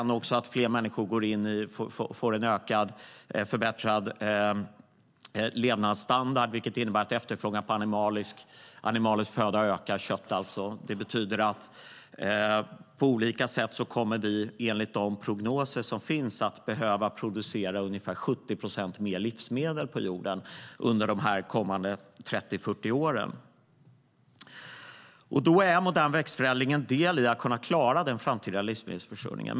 När fler människor sedan får en förbättrad levnadsstandard, vilket innebär att efterfrågan på animalisk föda - alltså kött - ökar, kommer vi enligt de prognoser som finns att behöva producera ungefär 70 procent mer livsmedel på jorden under de kommande 30-40 åren. Modern växtförädling är en del i att kunna klara den framtida livsmedelsförsörjningen.